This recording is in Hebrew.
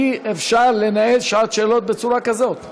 אי-אפשר לנהל שעת שאלות בצורה כזאת.